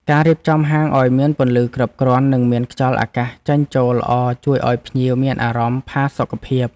ការរៀបចំហាងឱ្យមានពន្លឺគ្រប់គ្រាន់និងមានខ្យល់អាកាសចេញចូលល្អជួយឱ្យភ្ញៀវមានអារម្មណ៍ផាសុកភាព។